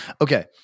Okay